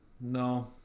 No